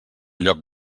lloc